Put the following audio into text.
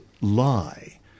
lie